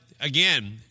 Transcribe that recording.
again